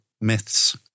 myths